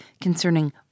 concerning